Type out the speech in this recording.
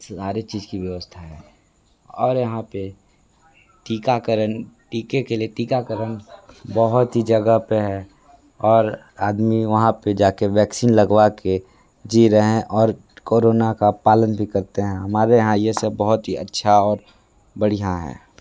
सारे चीज की व्यवस्था है और यहाँ पे टीकाकरण टीके के लिए टीकाकरण बहुत ही जगह पे है और आदमी वहाँ पे जाके वैक्सीन लगवा के जी रहें और कोरोना का पालन भी करते हैं हमारे यहाँ ये सब बहुत ही अच्छा और बढ़िया हैं